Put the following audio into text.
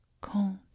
cold